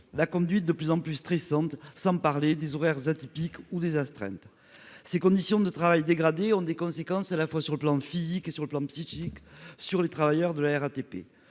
la conduite de plus en plus stressante, sans parler des horaires atypiques ou encore des astreintes. Ces conditions de travail dégradées ont des conséquences sur les plans physique et psychique pour les travailleurs de la RATP.